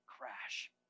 crash